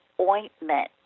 ointment